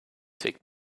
take